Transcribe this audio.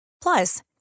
Plus